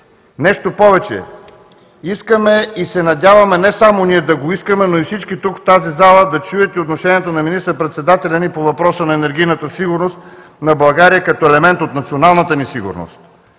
Нещо повече – искаме и се надяваме не само ние да го искаме, но и всички тук в тази зала да чуят и отношението на министър-председателя ни по въпроса на енергийната сигурност на България като елемент от националната ни сигурност.